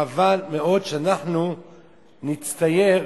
חבל מאוד שאנחנו נצטייר